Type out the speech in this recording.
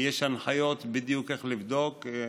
ויש הנחיות בדיוק איך לבדוק.